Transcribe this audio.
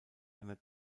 einer